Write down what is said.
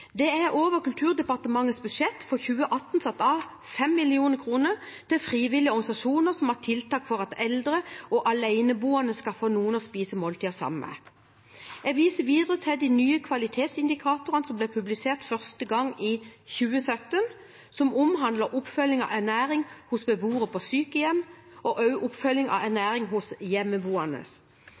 Det er over Kulturdepartementets budsjett for 2018 satt av 5 mill. kr til frivillige organisasjoner som har tiltak for at eldre og aleneboende skal få noen å spise måltider sammen med. Jeg viser videre til de nye kvalitetsindikatorene, som ble publisert første gang i 2017, og som omhandler oppfølging av ernæring hos beboere på sykehjem og også oppfølging av ernæring hos hjemmeboende.